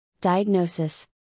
Diagnosis